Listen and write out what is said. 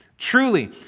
Truly